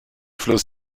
fluss